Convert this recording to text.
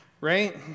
right